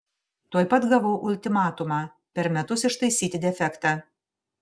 tuoj pat gavau ultimatumą per metus ištaisyti defektą